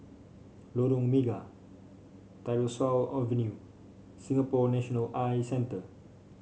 Lorong Mega Tyersall Avenue Singapore National Eye Centre